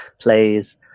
plays